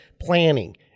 planning